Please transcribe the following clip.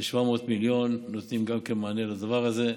הם נותנים 700 מיליון במענה לדבר הזה.